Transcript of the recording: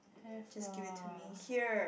have lah